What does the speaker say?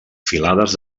filades